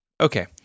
Okay